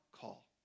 call